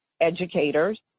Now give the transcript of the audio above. educators